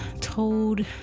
told